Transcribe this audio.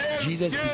Jesus